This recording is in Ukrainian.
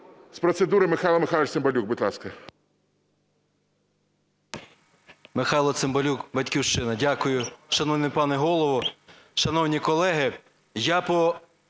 З процедури Михайло Михайлович Цимбалюк, будь ласка.